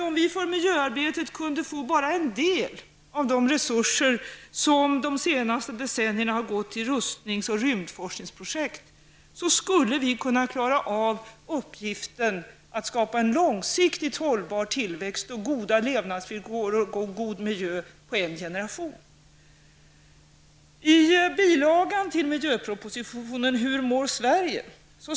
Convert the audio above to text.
Om vi för miljöarbetet kunde få bara en del av de resurser som de senaste decennierna har gått till rustningsoch rymdforskningsprojekt, skulle vi kunna klara av uppgiften att skapa en långsiktigt hållbar tillväxt, goda levnadsvillkor och god miljö på en generation. Sverige?